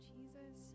Jesus